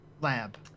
lab